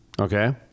okay